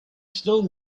still